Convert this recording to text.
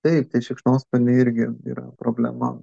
taip tai šikšnosparniai irgi yra problema